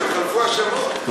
אדוני היושב-ראש,